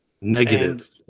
Negative